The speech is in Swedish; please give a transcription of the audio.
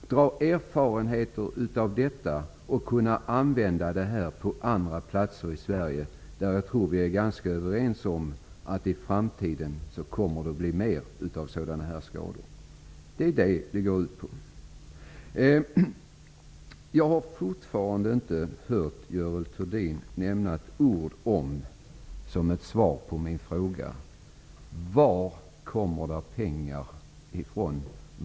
Man skall få erfarenheter av detta som man kan använda sig av på andra platser i Sverige. Jag tror att vi är ganska överens om att det kommer att bli fler sådana här skador i framtiden. Detta går fullskaleförsöket ut på. Jag har fortfarande inte hört Görel Thurdin nämna ett ord, som ett svar på min fråga, om var pengarna kommer ifrån.